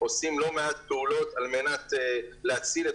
עושים לא מעט פעולות על מנת להציל את